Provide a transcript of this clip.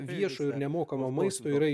viešojo nemokamo maisto yra